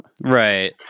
right